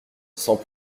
sans